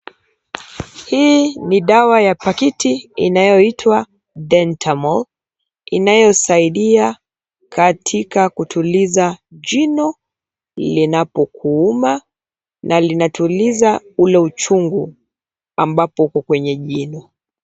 Hii ni dawa ya pakiti inayoitwa Dentamol inayosaidia katika kutuliza jino linapokuuma na linatuliza ule uchungu ambapo uko kwenye jino.